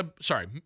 sorry